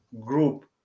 group